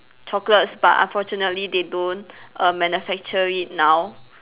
chocolates but unfortunately they don't err manufacture it now